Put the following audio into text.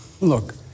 Look